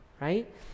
right